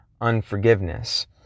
unforgiveness